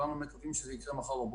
שכולנו מקווים שזה יקרה מחר בבוקר?